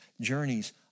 journeys